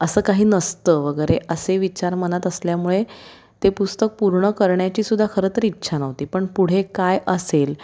असं काही नसतं वगैरे असे विचार मनात असल्यामुळे ते पुस्तक पूर्ण करण्याची सुद्धा खरंतर इच्छा नव्हती पण पुढे काय असेल